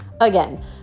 Again